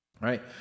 right